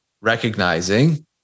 recognizing